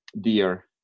dear